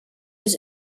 his